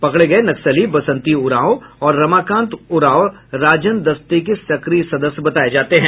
पकड़े गये नक्सली बसंती उरांव और रमाकांत राय राजन दस्ते के सक्रिय सदस्य बताये जाते हैं